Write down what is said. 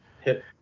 hit